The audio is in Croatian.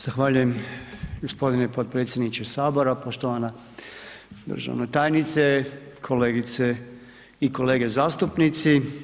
Zahvaljujem gospodine potpredsjedniče Sabora, poštovana državna tajnice, kolegice i kolege zastupnici.